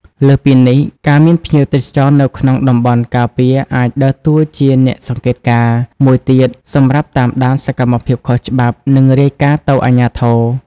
លើសពីនេះ ការមានភ្ញៀវទេសចរនៅក្នុងតំបន់ការពារអាចដើរតួជាអ្នកសង្កេតការ មួយទៀតសម្រាប់តាមដានសកម្មភាពខុសច្បាប់ និងរាយការណ៍ទៅអាជ្ញាធរ។